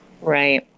right